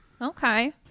Okay